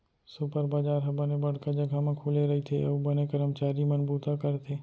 super बजार ह बने बड़का जघा म खुले रइथे अउ बने करमचारी मन बूता करथे